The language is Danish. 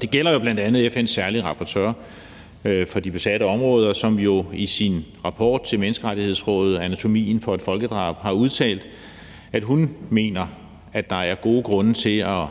Det gælder jo bl.a. FN's særlige rapporteur for de besatte områder, som jo i sin rapport til Menneskerettighedsrådet, »Anatomy of a Genocide« – anatomien for et folkedrab – har udtalt, at hun mener, at der er gode grunde til at